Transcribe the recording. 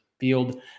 field